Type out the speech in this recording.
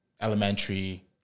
elementary